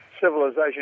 civilization